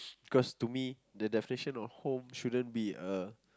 cause to me the definition of home shouldn't be a